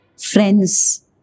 friends